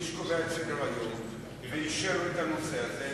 מי שקובע את סדר-היום ואישר את הנושא הזה,